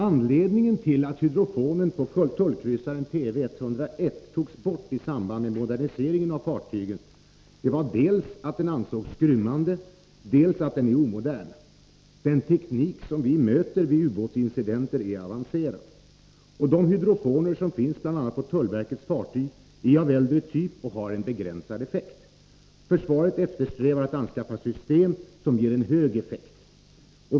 Anledningen till att hydrofonen på tullkryssaren TV 101 togs bort i samband med moderniseringen av fartyget var dels att den ansågs skrymmande, dels att den var omodern. Den teknik som vi möter vid ubåtsincidenter är avancerad. De hydrofoner som finns bl.a. på tullverkets fartyg är av äldre typ och har en begränsad effekt. Försvaret eftersträvar att anskaffa ett system som ger en hög effekt.